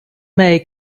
may